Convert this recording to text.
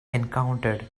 encountered